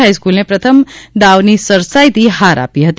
હાઈસ્ક્લને પ્રથમ દાવની સરસાઈથી હાર આપી હતી